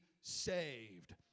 saved